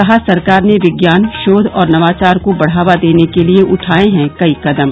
कहा सरकार ने विज्ञान शोध और नवाचार को बढ़ावा देने के लिए उठाए हैं कई कदम